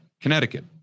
Connecticut